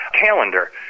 calendar